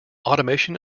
automation